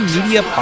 Media